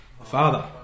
father